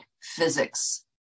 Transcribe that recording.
physics